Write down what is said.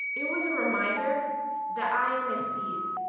it was a reminder that i am a seed.